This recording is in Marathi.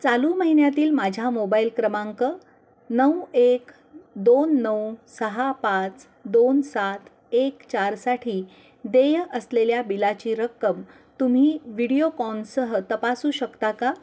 चालू महिन्यातील माझ्या मोबाईल क्रमांक नऊ एक दोन नऊ सहा पाच दोन सात एक चारसाठी देय असलेल्या बिलाची रक्कम तुम्ही व्हिडिओकॉनसह तपासू शकता का